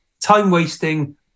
time-wasting